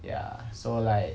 ya so like